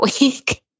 week